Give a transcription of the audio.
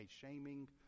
shaming